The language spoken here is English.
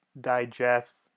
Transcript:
digests